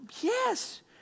Yes